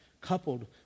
coupled